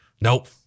nope